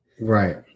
Right